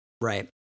Right